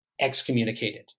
excommunicated